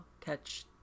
catch